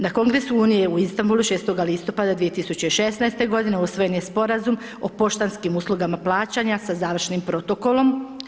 Na kongresu Unije u Istambulu 6. listopada 2016. godine usvojen je sporazum o poštanskim uslugama plaćanja sa završnim protokolom.